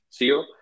CEO